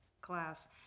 class